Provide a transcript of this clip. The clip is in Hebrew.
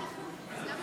יש אתר של משרד הביטחון,